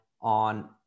on